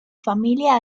familia